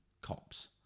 cops